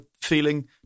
feeling